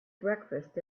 breakfast